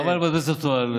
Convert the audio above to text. חבל שיבזבז את עצמו על,